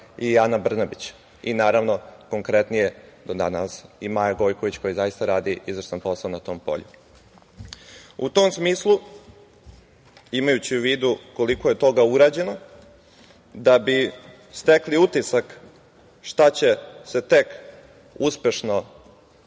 i Ana Brnabić i, naravno, konkretnije i Maja Gojković, koja zaista radi izvrstan posao na tom polju.U tom smislu, imajući u vidu koliko je toga urađeno, da bi stekli utisak šta će se tek uspešno